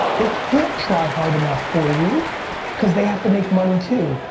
they can't try hard enough for you cause they have to make money too.